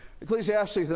Ecclesiastes